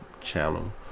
channel